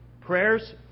Prayers